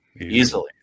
Easily